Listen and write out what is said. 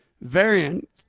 variant